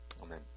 Amen